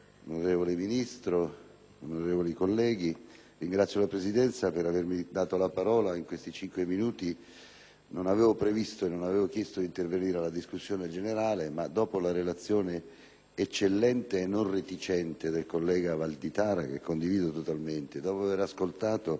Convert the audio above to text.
onorevoli colleghi, ringrazio la Presidenza per avermi dato la parola in questi cinque minuti, nonostante non avessi previsto né chiesto di intervenire in discussione generale. Ma, dopo la relazione eccellente e non reticente del collega Valditara, che condivido totalmente, e dopo aver ascoltato il dibattito,